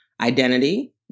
identity